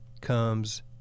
comes